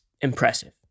impressive